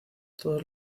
todos